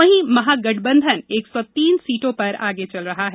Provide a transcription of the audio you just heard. वहीं महागठबंधन एक सौ तीन सीटों पर आगे चल रहा है